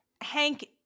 Hank